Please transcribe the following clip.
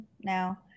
now